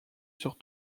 sur